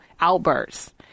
outbursts